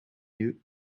you